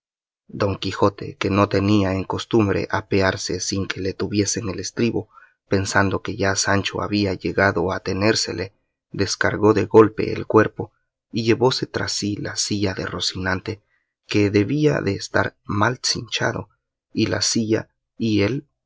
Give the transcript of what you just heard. don quijote que no tenía en costumbre apearse sin que le tuviesen el estribo pensando que ya sancho había llegado a tenérsele descargó de golpe el cuerpo y llevóse tras sí la silla de rocinante que debía de estar mal cinchado y la silla y él